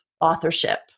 authorship